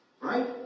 right